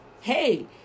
Hey